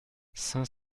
cinq